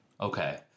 Okay